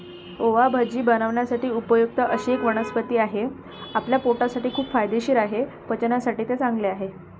ओवा भाजी बनवण्यासाठी उपयुक्त अशी एक वनस्पती आहे, आपल्या पोटासाठी खूप फायदेशीर आहे, पचनासाठी ते चांगले आहे